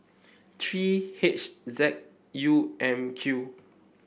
three H Z U M Q